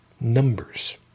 numbers